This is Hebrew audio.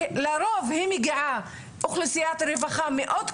שלרוב היא מגיעה, אוכלוסיית רווחה מאוד קשה,